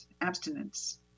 abstinence